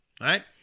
right